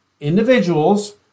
individuals